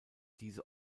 diese